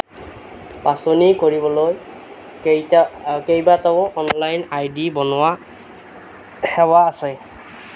বাচনি কৰিবলৈ কেইবাটাও অনলাইন আই ডি বনোৱা সেৱা আছে